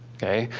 okay?